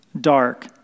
dark